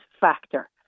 factor